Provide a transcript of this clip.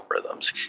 algorithms